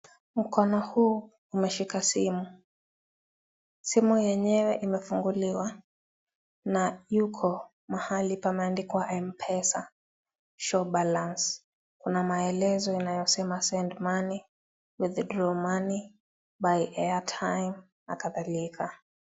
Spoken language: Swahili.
Mkono huu umeshika simu. Simu yenyewe imefunguliwa na yuko mahali pameandikwa mpesa show balance . Kuna maelezo inayosema send money, withdraw money, buy airtime na kadhalika.